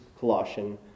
Colossian